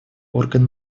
орган